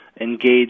engage